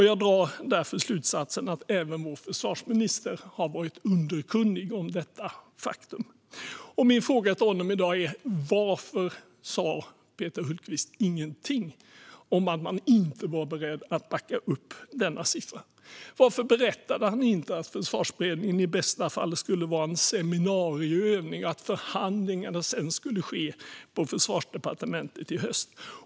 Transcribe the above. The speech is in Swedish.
Jag drar därför slutsatsen att även vår försvarsminister har varit underkunnig om detta faktum. Min fråga till Peter Hultqvist i dag är: Varför sa han ingenting om att man inte var beredd att backa upp denna siffra? Varför berättade han inte att Försvarsberedningen i bästa fall skulle vara en seminarieövning, att förhandlingarna sedan skulle ske på Försvarsdepartementet i höst?